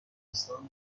زمستان